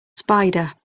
spider